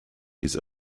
his